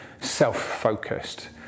self-focused